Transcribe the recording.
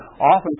often